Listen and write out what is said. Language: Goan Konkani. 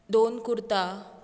दोन कुर्ता